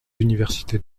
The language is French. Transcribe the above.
universités